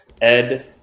Ed